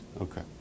Okay